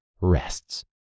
rests